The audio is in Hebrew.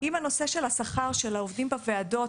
אם הנושא של השכר של העובדים בוועדות,